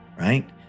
right